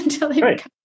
Right